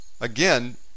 again